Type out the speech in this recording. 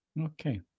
okay